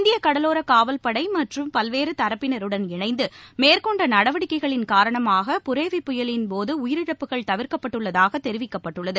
இந்தியக் கடலோரக் காவல் படை பல்வேறு தரப்பினருடன் இணைந்து மேற்கொண்ட நடவடிக்கைகளின் காரணமாக புரேவி புயலின் போது உயிரிழப்புகள் தவிர்க்கப்பட்டதாகத் தெரிவிக்கப்பட்டுள்ளது